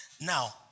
Now